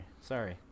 Sorry